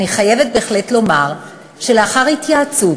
אני חייבת בהחלט לומר שלאחר התייעצות